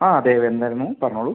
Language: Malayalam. ആ അതെ അത് എന്തായിരുന്നു പറഞ്ഞോളൂ